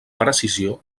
precisió